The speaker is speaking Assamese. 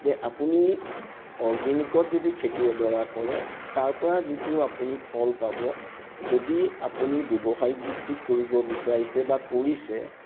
যে আপুনি অৰ্গেনিকত যদি খেতি এডৰা কৰে তাৰপৰা যিটো আপুনি ফল পাব যদি আপুনি ব্যৱসায়িক ভিত্তিত কৰিব বিচাৰিছে বা কৰিছে